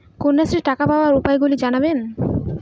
কন্যাশ্রীর টাকা পাওয়ার উপায়গুলি জানাবেন?